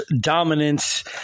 dominance